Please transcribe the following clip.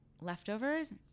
leftovers